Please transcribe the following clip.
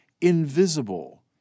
invisible